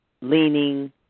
leaning